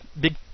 big